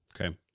Okay